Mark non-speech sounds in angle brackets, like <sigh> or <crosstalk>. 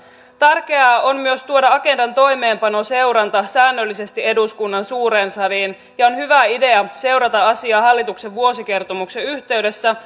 tärkeää on myös tuoda agendan toimeenpanoseuranta säännöllisesti eduskunnan suureen saliin ja on hyvä idea seurata asiaa hallituksen vuosikertomuksen yhteydessä <unintelligible>